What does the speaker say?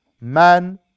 man